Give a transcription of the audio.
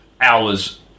Hours